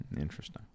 Interesting